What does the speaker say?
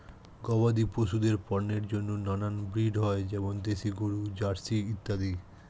গবাদি পশুদের পণ্যের জন্য নানান ব্রিড হয়, যেমন দেশি গরু, জার্সি ইত্যাদি